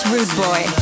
Rudeboy